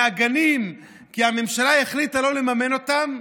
מהגנים, כי הממשלה החליטה לא לממן אותם,